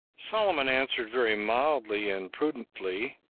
solomon answered very mildly and prudently,